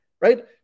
right